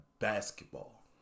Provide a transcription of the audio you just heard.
basketball